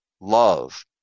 love